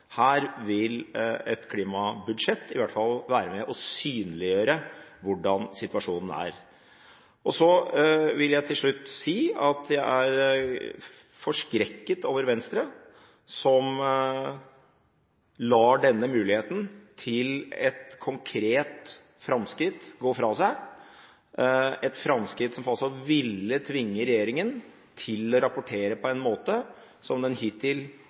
Her vil et klimabudsjett i hvert fall være med på å synliggjøre hvordan situasjonen er. Så vil jeg til slutt si at jeg er forskrekket over Venstre, som lar denne muligheten til et konkret framskritt gå fra seg, et framskritt som ville tvunget regjeringen til å rapportere på en måte som den hittil